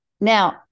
Now